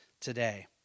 today